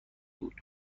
بود